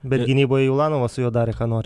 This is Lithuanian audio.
bet gynyboje ulanovas su juo darė ką nori